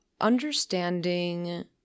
understanding